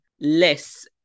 less